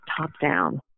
top-down